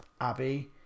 Abby